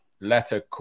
letter